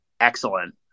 excellent